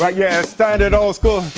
like yeah, standard old school.